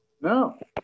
No